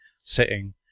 sitting